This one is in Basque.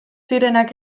zirenak